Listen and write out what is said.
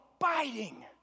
abiding